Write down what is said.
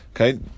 Okay